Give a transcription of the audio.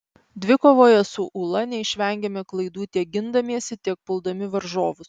dvikovoje su ūla neišvengėme klaidų tiek gindamiesi tiek puldami varžovus